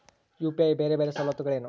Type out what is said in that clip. UPI ಬೇರೆ ಬೇರೆ ಸವಲತ್ತುಗಳೇನು?